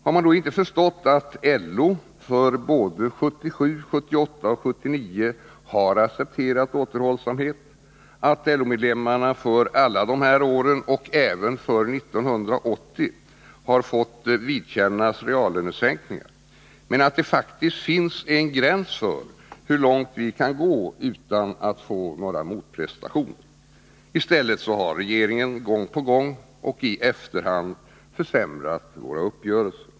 Har man då inte förstått att LO för både 1977, 1978 och 1979 har accepterat återhållsamhet, att LO-medlemmarna för alla dessa år och även för 1980 har fått vidkännas reallönesänkningar — men att det faktiskt finns en gräns för hur långt vi kan gå utan att få några motprestationer? I stället har regeringen gång på gång och i efterhand försämrat våra uppgörelser.